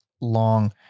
long